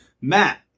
Matt